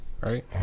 right